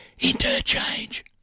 Interchange